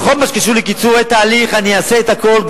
בכל מה שקשור לקיצורי תהליך אני אעשה את הכול,